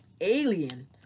alien